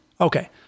Okay